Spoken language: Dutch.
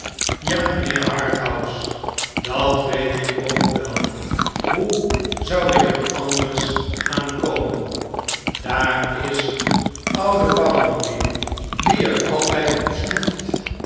ja mijnheer harthouse dat weet ik ook wel hoe zou ik er anders aan komen daar is oude bounderby die er altijd op snoeft